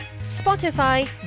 Spotify